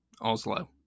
Oslo